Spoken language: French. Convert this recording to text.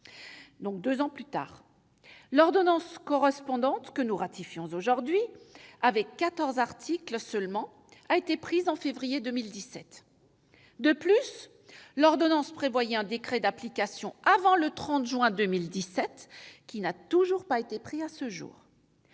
soit deux ans plus tard. L'ordonnance correspondante, que nous ratifions aujourd'hui et qui comporte quatorze articles seulement, a été prise en février 2017. De plus, l'ordonnance prévoyait la prise d'un décret d'application avant le 30 juin 2017 ; il n'a toujours pas été pris à ce jour